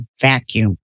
vacuum